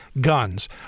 guns